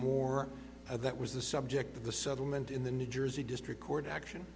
more of that was the subject of the settlement in the new jersey district court action